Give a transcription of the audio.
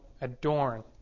adorn